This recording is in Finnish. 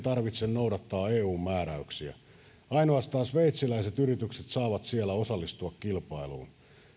tarvitse noudattaa eun määräyksiä ainoastaan sveitsiläiset yritykset saavat siellä osallistua kilpailuun